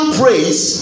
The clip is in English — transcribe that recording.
praise